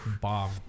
Bomb